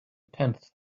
tenth